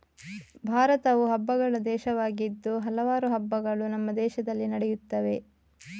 ಭಾರತವು ಹಬ್ಬಗಳ ದೇಶವಾಗಿದ್ದು ಹಲವಾರು ಹಬ್ಬಗಳು ನಮ್ಮ ದೇಶದಲ್ಲಿ ನಡೆಯುತ್ತವೆ